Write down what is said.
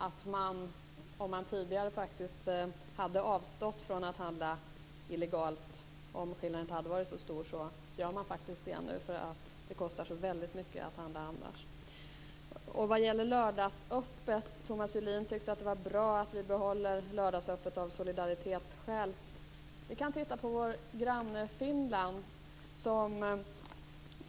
De som tidigare avstått från att handla illegalt, eftersom skillnaden inte varit så stor, gör faktiskt detta nu. Det kostar så väldigt mycket att handla annars. Sedan gäller det lördagsöppet. Thomas Julin tyckte att det var bra att vi behåller lördagsöppet av solidaritetsskäl. Vi kan titta på vår granne Finland.